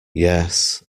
yes